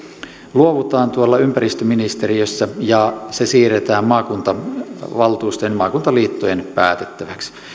luovutaan tuolla ympäristöministeriössä ja se siirretään maakuntavaltuustojen maakuntaliittojen päätettäväksi